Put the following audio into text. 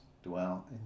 Dwell